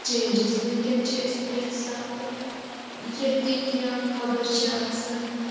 چینجِس وٕنۍکٮ۪ن چھِ أسۍ پرٛٮ۪تھ ساتہٕ ییٚتھۍ تہِ کیٚنٛہہ خبر چھِ آسان